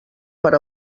per